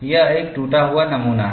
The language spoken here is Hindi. यह एक टूटा हुआ नमूना है